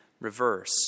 reverse